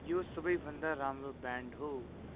यो सबैभन्दा राम्रो ब्यान्ड हो